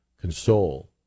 console